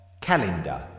Calendar